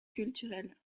culturelle